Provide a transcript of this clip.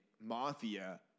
Mafia